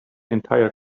entire